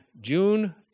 June